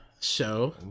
show